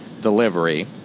delivery